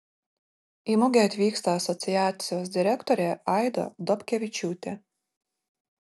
į mugę atvyksta asociacijos direktorė aida dobkevičiūtė